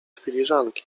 filiżanki